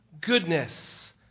goodness